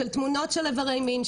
של תמונות של איברי מין,